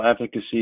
efficacy